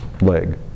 leg